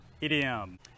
idiom